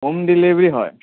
home delivery হয়